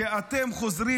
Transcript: שאתם חוזרים,